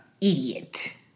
idiot